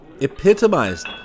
epitomized